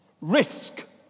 Risk